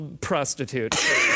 prostitute